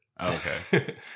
Okay